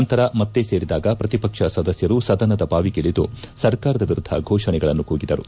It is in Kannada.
ನಂತರ ಮತ್ತೆ ಸೇರಿದಾಗ ಪ್ರತಿಪಕ್ಷ ಸದಸ್ಕರು ಸದನದ ಬಾವಿಗಿಳಿದು ಸರ್ಕಾರದ ವಿರುದ್ಧ ಘೋಷಣೆಗಳನ್ನು ಕೂಗಿದರು